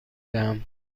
دهم